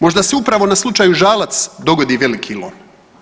Možda se upravo na slučaju Žalac dogodi veliki lom.